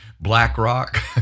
BlackRock